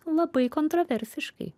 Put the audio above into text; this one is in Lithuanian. labai kontroversiškai